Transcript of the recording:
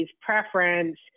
preference